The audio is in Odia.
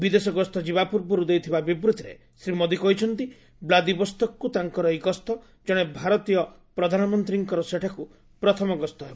ବିଦେଶ ଗସ୍ତ ଯିବା ପୂର୍ବରୁ ଦେଇଥିବା ବିବୃଭିରେ ଶ୍ରୀ ମୋଦୀ କହିଛନ୍ତି ବ୍ଲାଦିବୋସ୍ତକକୁ ତାଙ୍କର ଏହି ଗସ୍ତ କଣେ ଭାରତୀୟ ପ୍ରଧାନମନ୍ତ୍ରୀଙ୍କର ସେଠାକୁ ପ୍ରଥମ ଗସ୍ତ ହେବ